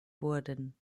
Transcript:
wurden